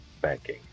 Banking